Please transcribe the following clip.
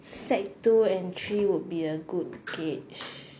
sec two and three would be a good gauge